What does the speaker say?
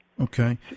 Okay